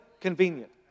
convenient